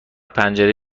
پنجره